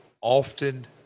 often